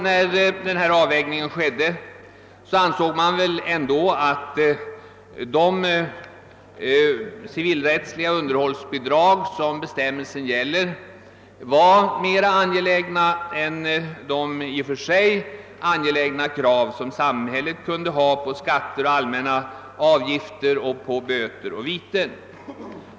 När den här avvägningen ägde rum, ansågs det mer angeläget att tillämpa den nya bestämmelsen beträffande de civilrättsliga underhållsbidragen än beträffande de i och för sig angelägna krav som samhället kunde ha på skatter, allmänna avgifter, böter och viten.